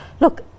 Look